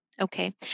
Okay